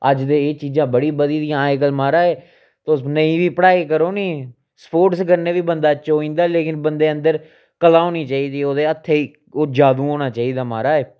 अज्ज ते एह् चीज़ां बड़ी बधी दियां अज्जकल महाराज तुस नेईं बी पढ़ाई करो नी स्पोर्टस कन्नै बी बंदा चकोई जंदा लेकिन बंदे अंदर कला होनी चाहिदी ओह्दे हत्थें ओह् जादू होना चाहिदा महाराज